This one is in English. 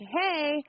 hey